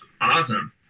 awesome